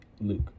Luke